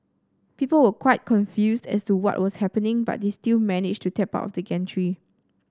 people were quite confused as to what was happening but they still managed to tap out of the gantry